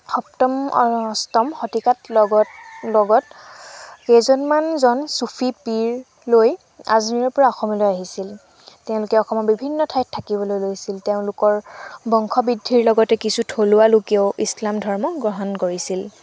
সপ্তম আৰু অষ্টম শতিকাত লগত লগত কেইজনমানজন চুফী পীৰ লৈ আজমীৰৰ পৰা অসমলৈ আহিছিল তেওঁলোকে অসমৰ বিভিন্ন ঠাইত থাকিবলৈ লৈছিল তেওঁলোকৰ বংশবৃদ্ধিৰ লগতে কিছু থলুৱা লোকেও ইছলাম ধৰ্ম গ্ৰহণ কৰিছিল